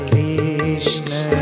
Krishna